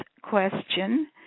question